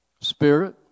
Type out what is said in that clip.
Spirit